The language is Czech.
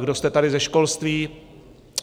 Kdo jste tady ze školství,